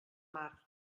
mar